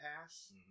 pass